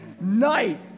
night